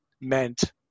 meant